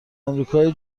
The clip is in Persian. آمریکای